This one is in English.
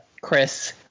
Chris